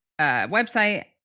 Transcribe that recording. website